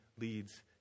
leads